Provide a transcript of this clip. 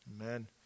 Amen